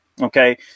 Okay